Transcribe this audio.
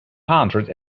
hundred